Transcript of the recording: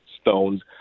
stones